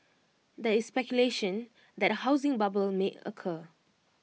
there is speculation that A housing bubble may occur